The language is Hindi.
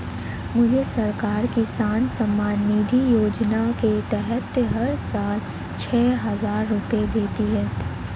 मुझे सरकार किसान सम्मान निधि योजना के तहत हर साल छह हज़ार रुपए देती है